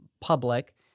public